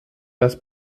das